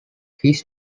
his